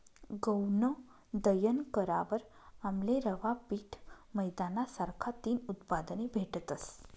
गऊनं दयन करावर आमले रवा, पीठ, मैदाना सारखा तीन उत्पादने भेटतस